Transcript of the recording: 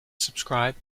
subscribe